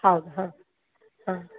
ಹೌದು ಹಾಂ ಹಾಂ